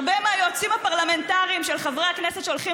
הרבה מהיועצים הפרלמנטריים של חברי הכנסת שהולכים